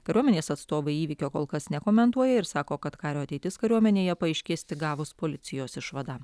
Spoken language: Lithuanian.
kariuomenės atstovai įvykio kol kas nekomentuoja ir sako kad kario ateitis kariuomenėje paaiškės tik gavus policijos išvadą